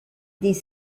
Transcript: des